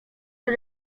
are